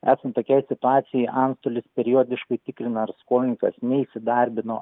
esant tokiai situacijai antstolis periodiškai tikrina ar skolininkas neįsidarbino